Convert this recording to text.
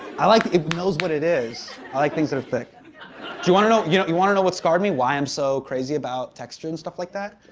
i like. it knows what it is. i like things that are thicc. do you wanna know you know you wanna know what scarred me? why i'm so crazy about texture and stuff like that?